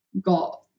got